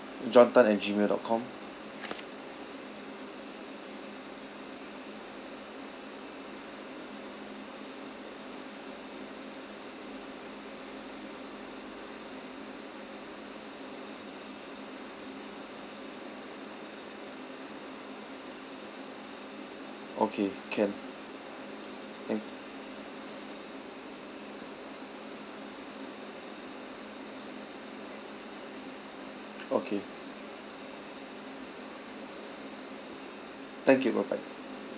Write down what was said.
john tan at Gmail dot com okay can thank okay thank you bye bye